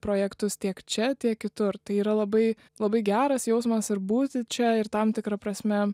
projektus tiek čia tiek kitur tai yra labai labai geras jausmas ir būti čia ir tam tikra prasme